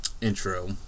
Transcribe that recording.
intro